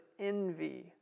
envy